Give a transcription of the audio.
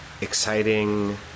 exciting